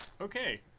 okay